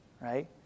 right